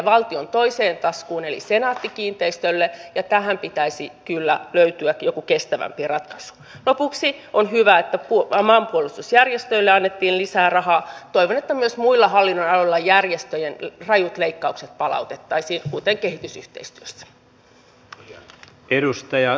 haluan korostaa että on kaikkien etu ja eduskunnassa niin kuin edustaja tölli sanoi on vuosien varrella aina korostettu sitä että mitä paremmin se työ silloin kun tehdään isoja muutoksia tehdään hallituksen sisällä mitä enemmän asiantuntijat vaikuttavat siihen silloin sitä enemmän ne päätökset voidaan toteuttaa läpi